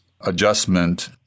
adjustment